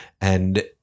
And-